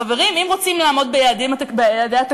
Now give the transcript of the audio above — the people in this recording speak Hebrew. חברים, אם רוצים לעמוד ביעדי התקציב,